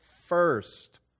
first